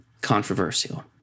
controversial